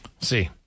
see